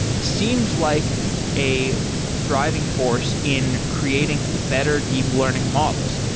seems like a driving force in creating better deep learning models.